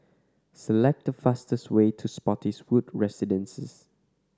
select the fastest way to Spottiswoode Residences